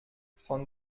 von